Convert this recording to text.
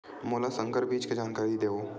मोला संकर बीज के जानकारी देवो?